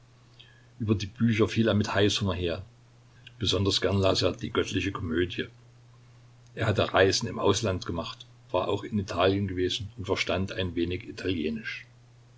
über die bücher fiel er mit heißhunger her besonders gern las er die göttliche komödie er hatte reisen im ausland gemacht war auch in italien gewesen und verstand ein wenig italienisch